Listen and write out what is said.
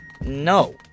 No